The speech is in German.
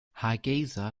hargeysa